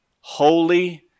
Holy